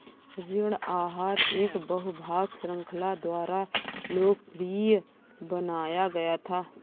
ऋण आहार एक बहु भाग श्रृंखला द्वारा लोकप्रिय बनाया गया था